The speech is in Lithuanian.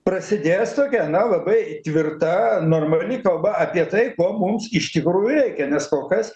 prasidės tokia na labai tvirta normali kalba apie tai ko mums iš tikrųjų reikia nes kol kas